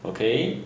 okay